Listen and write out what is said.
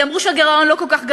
כי אמרו שהגירעון לא כל כך גדול.